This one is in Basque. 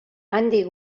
handik